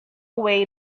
way